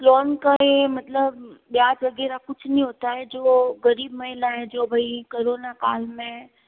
loan का ये मतलब ब्याज वग़ैरह कुछ नहीं होता है जो ग़रीब महिलाएँ जो भाई करोना काल में